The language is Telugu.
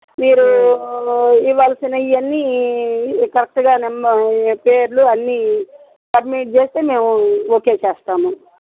మీరు ఇవ్వాల్సినవి అన్ని కరెక్టుగా పేర్లు అన్నీ సబ్మిట్ చేస్తే మేము ఓకే చేస్తాము